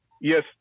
Yes